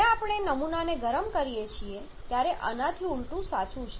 જ્યારે આપણે નમૂનાને ગરમ કરીએ છીએ ત્યારે આનાથી ઊલટું સાચું છે